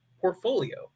portfolio